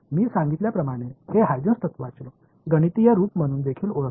நான் குறிப்பிட்டது இது ஹ்யூஜென்ஸ் கொள்கையின் கணித வடிவம் என்றும் அழைக்கப்படுகிறது